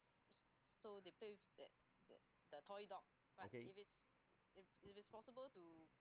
okay